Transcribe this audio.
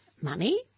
money